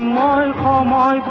la and um la